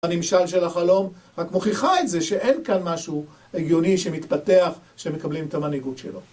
הנמשל של החלום רק מוכיחה את זה שאין כאן משהו הגיוני שמתפתח, שמקבלים את המנהיגות שלו